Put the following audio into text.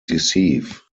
deceive